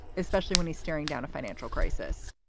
especially when he's staring down a financial crisis.